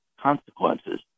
consequences